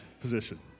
position